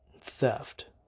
theft